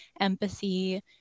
empathy